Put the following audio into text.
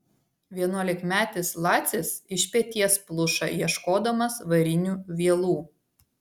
vienuolikmetis lacis iš peties pluša ieškodamas varinių vielų